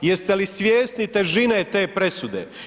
Jeste li svjesni težine te presude?